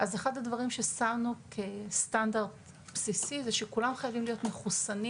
אז אחד הדברים ששמנו כסטנדרט בסיסי זה שכולם חייבים להיות מחוסנים